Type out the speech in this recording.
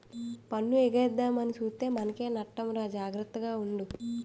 పన్ను ఎగేద్దామని సూత్తే మనకే నట్టమురా జాగర్త గుండు